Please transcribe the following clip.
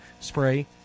spray